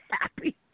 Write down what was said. happy